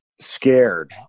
scared